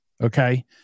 Okay